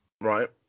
Right